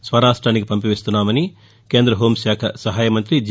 స్వరాష్ట్రానికి పంపిస్తున్నామని కేంద హోంశాఖ సహాయమంతి జి